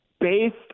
based